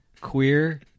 queer